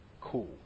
Cool